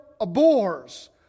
abhors